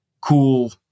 cool